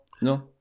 no